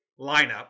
lineup